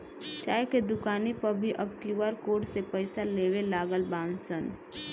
चाय के दुकानी पअ भी अब क्यू.आर कोड से पईसा लेवे लागल बानअ सन